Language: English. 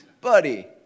buddy